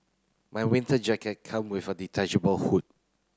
my winter jacket come with a detachable hood